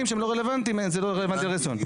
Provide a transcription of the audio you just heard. שהם לא רלוונטיים זה לא רלוונטיים לרזומה.